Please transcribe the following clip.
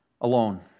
alone